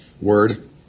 word